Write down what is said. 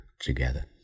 together